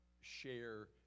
share